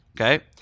Okay